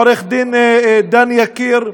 עורך-דין דן יקיר,